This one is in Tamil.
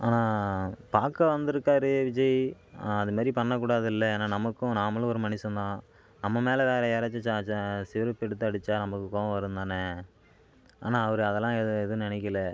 ஆனால் பார்க்க வந்துருக்காரு விஜய் அது மாரி பண்ணக்கூடாது இல்லை ஏன்னால் நமக்கும் நாமளும் ஒரு மனுஷன் தான் நம்ம மேலே வேறு யாராச்சும் செருப்பு எடுத்து அடிச்சால் நமக்கு கோவம் வரும் தானே ஆனால் அவர் அதெல்லாம் எது எதுவும் நினைக்கல